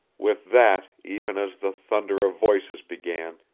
with that, even as the thunder of voices began,